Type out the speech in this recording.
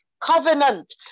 Covenant